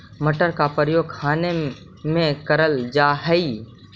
मटर का प्रयोग खाने में करल जा हई